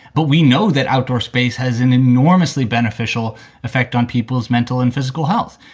but we know that outdoor space has an enormously beneficial effect on people's mental and physical health.